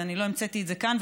ואני לא המצאתי את זה כאן,